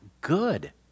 good